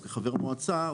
או כחבר מועצה,